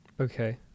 Okay